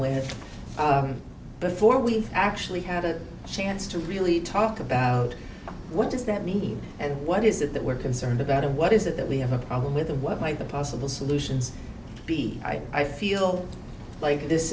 with before we actually had a chance to really talk about what does that mean and what is it that we're concerned about of what is it that we have a problem with and what might the possible solutions be i feel like this